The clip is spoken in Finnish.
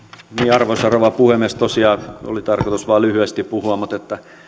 arvoisa rouva puhemies tosiaan oli tarkoitus vain lyhyesti puhua mutta